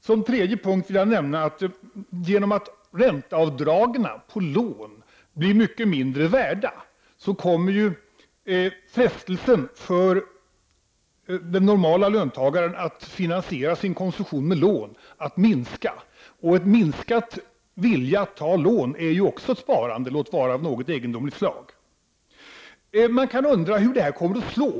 För det tredje vill jag nämna att frestelsen för en normal löntagare att finansiera sin konsumtion med lån kommer att minska till följd av att ränteavdragen på lån blir mycket mindre värda. Men en minskad vilja att ta lån är också ett sparande — låt vara att det är av något egendomligt slag. Man kan undra hur det här kommer att slå.